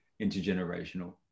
intergenerational